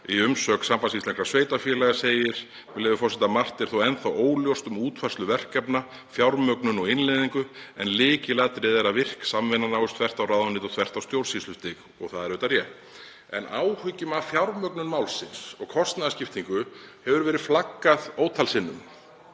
Í umsögn Sambands íslenskra sveitarfélaga segir, með leyfi forseta: „Margt er þó ennþá óljóst um útfærslu verkefna, fjármögnun og innleiðingu en lykilatriði er að virk samvinna náist þvert á ráðuneyti og þvert á stjórnsýslustig.“ Það er auðvitað rétt. Áhyggjum af fjármögnun málsins og kostnaðarskiptingu hefur verið flaggað ótal sinnum